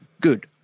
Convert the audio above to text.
good